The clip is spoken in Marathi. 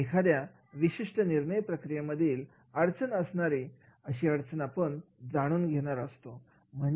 एखाद्या विशिष्ट निर्णय प्रक्रियामधील असणारी अडचण आपण जाणून घेणार आहोत